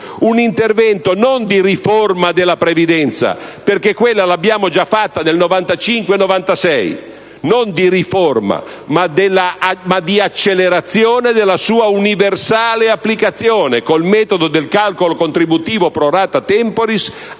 Un intervento non di riforma della previdenza - perché quella l'abbiamo fatta nel 1995-1996 - ma di accelerazione della sua universale applicazione - col metodo del calcolo contributivo *pro rata temporis*